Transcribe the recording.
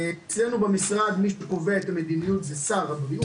אצלינו במשרד מי שקובע את המדיניות זה שר הבריאות.